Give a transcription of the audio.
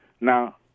Now